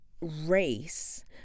race